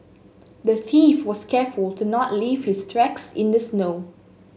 the thief was careful to not leave his tracks in the snow